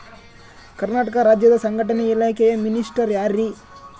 ಕರ್ನಾಟಕ ರಾಜ್ಯದ ಸಂಘಟನೆ ಇಲಾಖೆಯ ಮಿನಿಸ್ಟರ್ ಯಾರ್ರಿ?